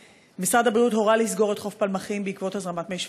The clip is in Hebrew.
משרד הבריאות הורה לסגור את חוף פלמחים בעקבות הזרמת מי שפכים.